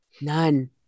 none